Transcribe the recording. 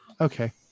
Okay